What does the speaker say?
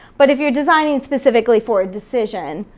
but if you're designing specifically for a decision,